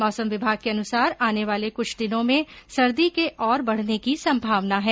मौसम विभाग के अनुसार आने वाले कुछ दिनों में सर्दी के और बढने की संभावना है